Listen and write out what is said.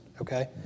Okay